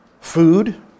food